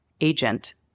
agent